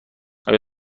آیا